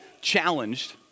challenged